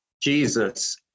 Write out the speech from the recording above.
Jesus